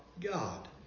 God